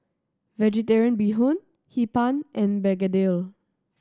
Vegetarian Bee Hoon Hee Pan and begedil